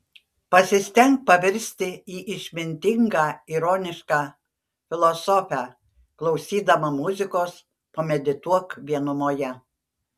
pasistenk pavirsti į išmintingą ironišką filosofę klausydama muzikos pamedituok vienumoje